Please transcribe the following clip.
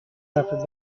after